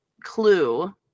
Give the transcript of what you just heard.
clue